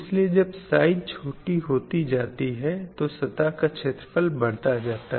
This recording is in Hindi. इसलिए जब साइज़ छोटी होती जाती है तो सतह का छेत्रफल बढ़ता जाता है